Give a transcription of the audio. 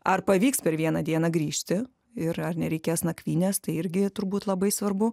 ar pavyks per vieną dieną grįžti ir ar nereikės nakvynės tai irgi turbūt labai svarbu